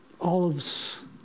olives